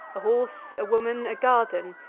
a horse, a woman, a garden,